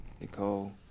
nicole